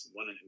one